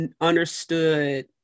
understood